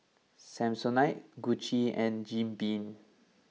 Samsonite Gucci and Jim Beam